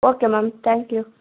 okay ma'am thank you